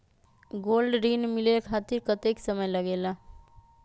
Gold ऋण मिले खातीर कतेइक समय लगेला?